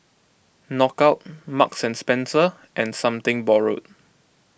Knockout Marks and Spencer and Something Borrowed